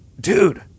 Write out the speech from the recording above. Dude